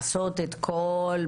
הכלים שיאפשרו לה לעשות את העבודה שלה,